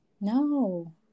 No